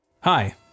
Hi